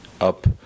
up